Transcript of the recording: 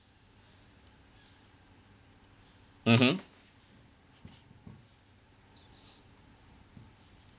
mmhmm